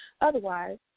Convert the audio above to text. Otherwise